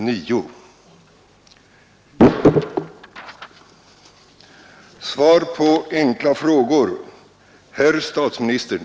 9.00.